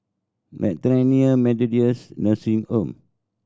Bethany Methodist Nursing Home